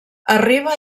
arriba